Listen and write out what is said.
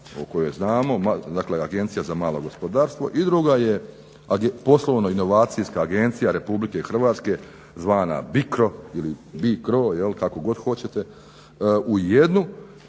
o kojoj znamo, dakle agencija za malo gospodarstvo i druga je poslovno inovacijska agencija RH zvana BICRO ili BI CRO kako god hoćete u jednu